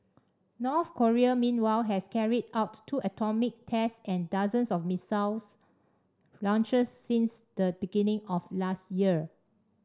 North Korea meanwhile has carried out two atomic tests and dozens of missile launches since the beginning of last year